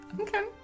Okay